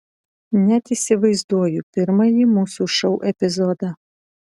net įsivaizduoju pirmąjį mūsų šou epizodą